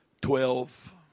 twelve